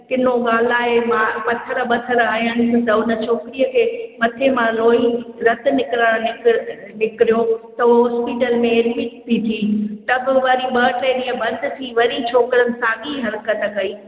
किनो ॻाल्हाए मा पथर ॿथर हयनिस त हुन छोकिरीअ जे मथे मां लोही रतु निकर निकरो त उअ हॉस्पिटल में एडमिट थी जी त पोइ वरी ॿ टे ॾींहं बंदि थी वरी छोकरनि साॻी हरिकतु कई